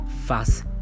fast